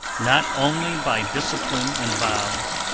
not only by discipline and vows,